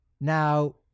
now